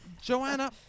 joanna